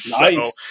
Nice